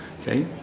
Okay